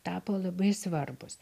tapo labai svarbūs